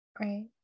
right